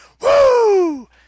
Woo